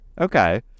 Okay